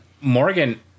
Morgan